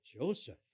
Joseph